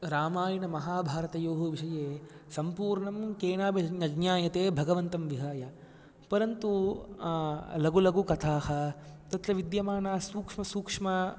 रामायणमहाभारतयोः विषये सम्पूर्णं केनापि न ज्ञायते भगवन्तं विहाय परन्तु लघु लघुकथाः तत्र विद्यमाना सूक्ष्म सूक्ष्म